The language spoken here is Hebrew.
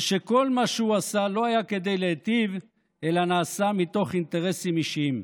ושכל מה שהוא עשה לא היה כדי להיטיב אלא נעשה מתוך אינטרסים אישיים.